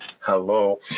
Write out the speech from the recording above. hello